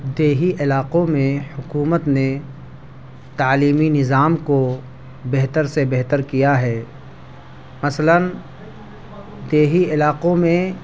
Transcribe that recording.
دیہی علاقوں میں حکومت نے تعلیمی نظام کو بہتر سے بہتر کیا ہے مثلاً دیہی علاقوں میں